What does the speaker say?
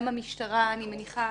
גם המשטרה, אני מניחה,